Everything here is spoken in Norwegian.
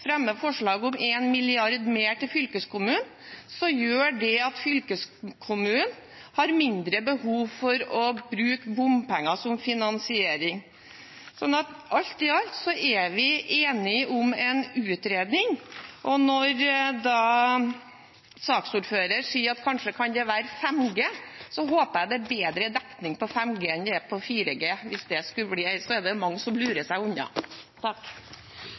fremmer forslag om 1 mrd. kr mer til fylkeskommunen, gjør det at fylkeskommunen har mindre behov for å bruke bompenger som finansiering. Alt i alt er vi enige om en utredning, og når saksordføreren sier at det kanskje kan bli 5G, så håper jeg det er bedre dekning på 5G enn det er på 4G. Hvis ikke er det mange som kommer til å lure seg unna.